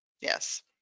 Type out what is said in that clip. Yes